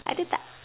ada tak